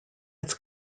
its